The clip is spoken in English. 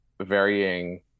varying